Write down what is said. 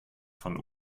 von